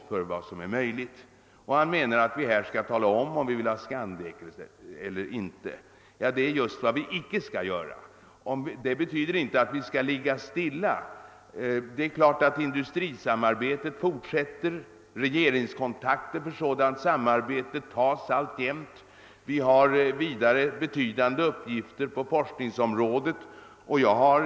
Han menar att vi här skall tala om, om vi vill ha ett Skandek eller inte, men det är just vad vi icke skall göra. Det betyder inte att vi skall ligga stilla. Det är klart att industrisamarbetet fortsätter. Regeringskontakter för sådant samarbete tas alltjämt. Vi har vidare betydande uppgifter på forskningsområdet.